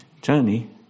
Tony